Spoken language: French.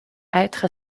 être